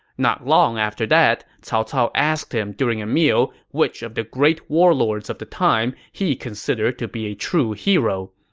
not long after that, cao cao asked him during a meal which of the great warlords of the time he considered to be true heros.